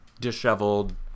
disheveled